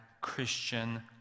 Christian